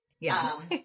yes